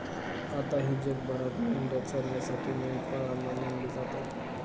आताही जगभरात मेंढ्या चरण्यासाठी मेंढपाळांना नेमले जातात